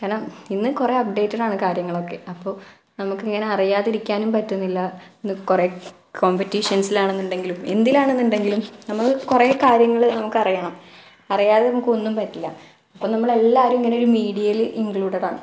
കാരണം ഇന്നും കുറേ അപ്ഡേറ്റഡാണ് കാര്യങ്ങളൊക്കെ അപ്പോൾ നമുക്ക് ഇങ്ങനെ അറിയാതിരിക്കാനും പറ്റുന്നില്ല ഇന്ന് കുറേ കോമ്പറ്റീഷൻസിൽ ആണെന്നുണ്ടെങ്കിലും എന്തിലാണെന്ന് ഉണ്ടെങ്കിലും നമുക്ക് കുറേ കാര്യങ്ങൾ നമുക്ക് അറിയണം അറിയാതെ നമുക്ക് ഒന്നും പറ്റില്ല അപ്പം നമ്മൾ എല്ലാവരും ഇങ്ങനെ ഒരു മീഡിയയിൽ ഇൻക്ലൂഡഡ് ആണ്